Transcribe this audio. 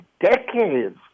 decades